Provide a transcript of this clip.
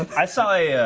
i saw, yeah,